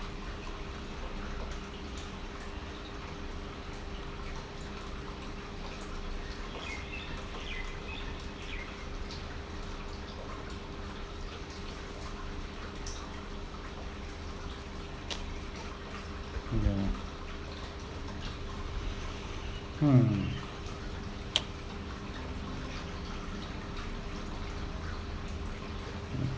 ya hmm